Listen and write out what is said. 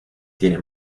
tiene